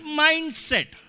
mindset